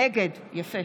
נגד גבי לסקי,